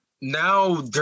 Now